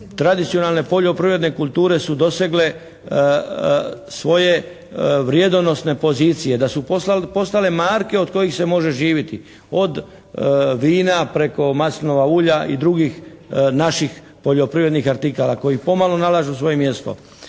tradicionalne poljoprivredne kulture su dosegle svoje vrijedonosne pozicije, da su postale marke od kojih se može živiti. Od vina preko maslinova ulja i drugih naših poljoprivrednih artikala koji pomalo nalažu svoje mjesto.